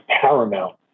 paramount